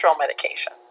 medication